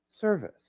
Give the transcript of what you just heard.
service